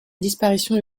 disparition